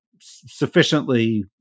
sufficiently